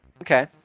Okay